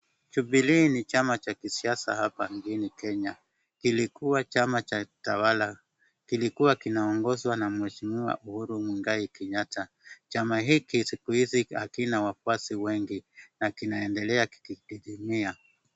Jubilee ni chama cha kisiasa hapa nchini Kenya, kilikuwa chama cha kitawala, kilikuwa kinaongozwa na mheshimiwa Uhuru Mwigai Kenyatta. Chama hiki siku hizi hakina wafuasi wengi, na kinaendelea kudidimia.